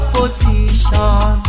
position